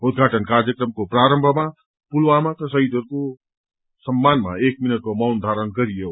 उद्घाटन कार्यक्रमको प्रारम्भमा पुलवामाका शहीदहस्ताके सम्मानमा एक मिनटको मौन धारण गरियो